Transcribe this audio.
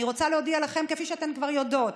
אני רוצה להודיע לכן, כפי שאתן כבר יודעות,